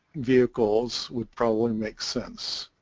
vehicles would probably make sense.